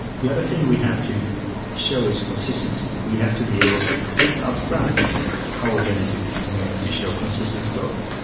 yeah thing we have to show is consistency. we have to be able to predict upfront how we're going to do, and we have to show consistent growth.